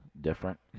different